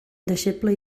deixeble